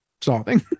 solving